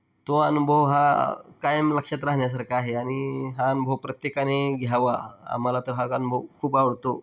तो अनुभव हा कायम लक्षात राहण्यासारखा आहे आणि हा अनुभव प्रत्येकाने घ्यावा आम्हाला तर हा अनुभव खूप आवडतो